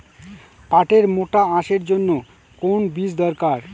পাটের মোটা আঁশের জন্য কোন বীজ দরকার?